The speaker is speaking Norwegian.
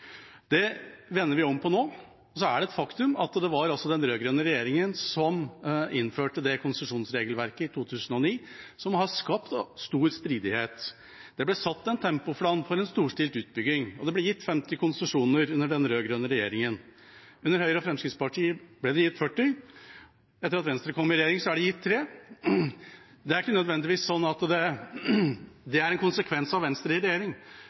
Det vender vi om på nå. Det er også et faktum at det var den rød-grønne regjeringa som i 2009 innførte det konsesjonsregelverket som har skapt stor stridighet. Det ble satt en tempoplan for en storstilt utbygging, og det ble gitt 50 konsesjoner under den rød-grønne regjeringa. Under Høyre og Fremskrittspartiet ble det gitt 40, og etter at Venstre kom i regjering, er det gitt 3. Det er ikke nødvendigvis sånn at det er en konsekvens av Venstre i regjering,